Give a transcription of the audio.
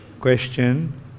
Question